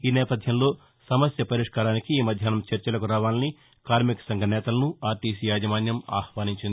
ఈ నేపథ్యంలో సమస్య పరిష్కారానికి ఈ మధ్యాహ్నం చర్చలకు రావాలని కార్మిక సంఘ నేతలను ఆర్లీసీ యాజమాన్యం ఆహ్వానించింది